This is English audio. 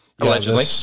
Allegedly